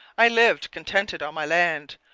i lived contented on my land.